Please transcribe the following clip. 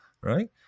right